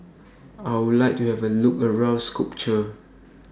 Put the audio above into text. I Would like to Have A Look around Skopje